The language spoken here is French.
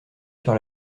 sur